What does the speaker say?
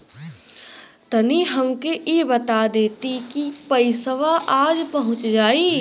तनि हमके इ बता देती की पइसवा आज पहुँच जाई?